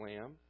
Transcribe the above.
lamb